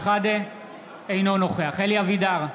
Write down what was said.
אינו נוכח אלי אבידר,